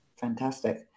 Fantastic